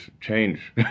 change